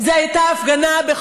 זאת לא הייתה הפגנה, פשוט.